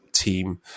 team